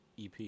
EP